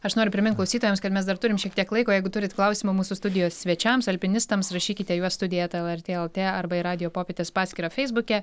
aš noriu primint klausytojams kad mes dar turim šiek tiek laiko jeigu turit klausimų mūsų studijos svečiams alpinistams rašykite juos studija eta lrt lt arba į radijo popietės paskyrą feisbuke